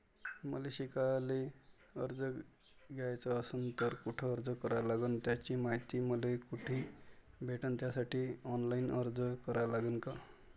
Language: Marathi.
मले शिकायले कर्ज घ्याच असन तर कुठ अर्ज करा लागन त्याची मायती मले कुठी भेटन त्यासाठी ऑनलाईन अर्ज करा लागन का?